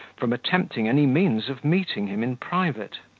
from attempting any means of meeting him in private.